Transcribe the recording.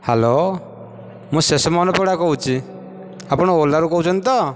hello ମୁଁ ଶେଷମହଲ ପରିଡ଼ା କହୁଛି ଆପଣ ଓଲାରୁ କହୁଛନ୍ତି ତ